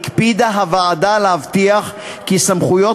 הקפידה הוועדה להבטיח כי יישמרו סמכויות